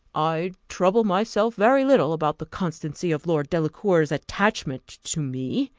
i trouble myself very little about the constancy of lord delacour's attachment to me,